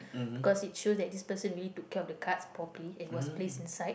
because it shows that this person really took care of the cards properly it was placed inside